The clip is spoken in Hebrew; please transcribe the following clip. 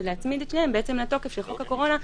ולהצמיד את שניהם לתוקף של חוק הקורונה,